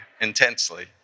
Intensely